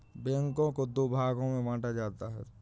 बैंकों को दो भागों मे बांटा जाता है